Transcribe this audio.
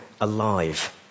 alive